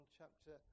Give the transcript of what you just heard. chapter